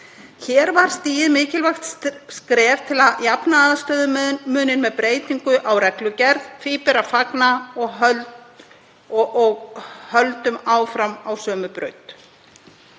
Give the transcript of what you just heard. Hér var stigið mikilvægt skref til að jafna aðstöðumuninn með breytingu á reglugerð. Því ber að fagna. Höldum áfram á sömu braut.